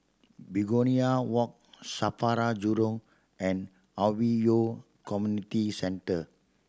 Begonia Walk SAFRA Jurong and Hwi Yoh Community Centre